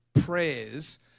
prayers